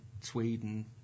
Sweden